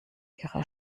ihrer